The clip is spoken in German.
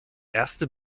erste